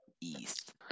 East